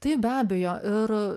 taip be abejo ir